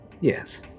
Yes